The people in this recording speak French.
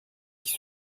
qui